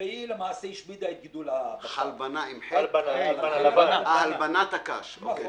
"הלבנת הקש", אוקיי.